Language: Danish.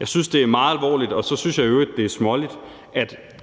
Jeg synes, det er meget alvorligt. Og så synes jeg i øvrigt, det er småligt at